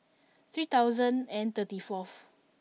three thousand and thirty fourth